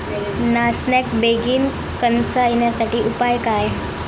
नाचण्याक बेगीन कणसा येण्यासाठी उपाय काय?